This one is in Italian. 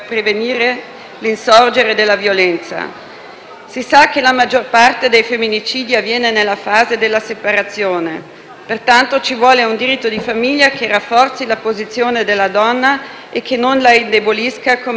Si sa che la maggior parte dei femminicidi avviene nella fase della separazione. Pertanto, ci vuole un diritto di famiglia che rafforzi la posizione della donna e che non la indebolisca, come invece purtroppo accade con la proposta Pillon.